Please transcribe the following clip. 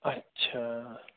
اچھا